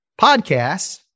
podcasts